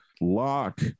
lock